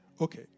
Okay